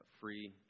free